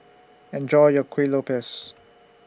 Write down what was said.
Enjoy your Kuih Lopes